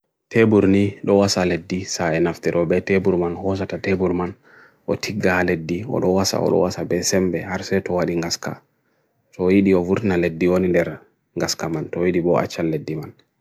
Taburni lowasa leddi sa enafti robe taburman, hoosa ta taburman, o tiga leddi, o lowasa, o lowasa besembe, harse towadi gaska. So idi o vurna leddi wanileera gaska man, to idi bo achal leddi man.